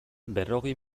berrogei